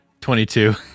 22